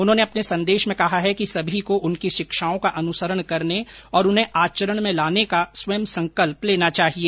उन्होंने अपने संदेश में कहा है कि सभी को उनकी शिक्षाओं का अनुसरण करने और उन्हें आचरण में लाने का स्वयं संकल्प लेना चाहिए